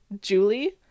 Julie